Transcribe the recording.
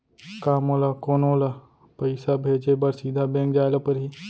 का मोला कोनो ल पइसा भेजे बर सीधा बैंक जाय ला परही?